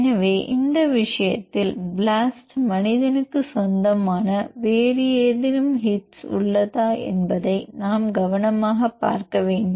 எனவே இந்த விஷயத்தில் ப்ளாஸ்ட் மனிதனுக்கு சொந்தமான வேறு ஏதேனும் ஹிட்ஸ் உள்ளதா என்பதை நாம் கவனமாகப் பார்க்க வேண்டும்